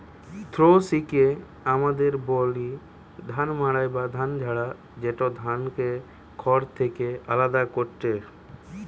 থ্রেশিংকে আমদের বলি ধান মাড়াই বা ধানকে ঝাড়া, যেটা ধানকে খড় থেকে আলদা করেটে